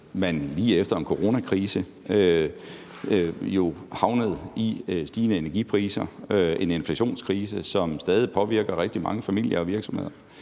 jo lige efter en coronakrise havnede i stigende energipriser, en inflationskrise, som stadig påvirker rigtig mange familier og virksomheder.